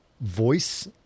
voice